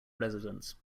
residents